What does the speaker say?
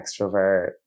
extrovert